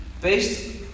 based